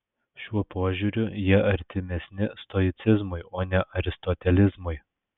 šiuo požiūriu jie artimesni stoicizmui o ne aristotelizmui